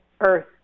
earth